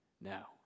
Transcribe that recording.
now